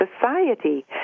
society